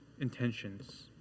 intentions